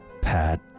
Pat